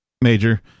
Major